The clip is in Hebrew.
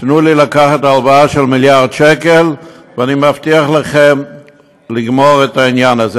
תנו לי לקחת הלוואה של מיליארד שקל ואני מבטיח לכם לגמור את העניין הזה.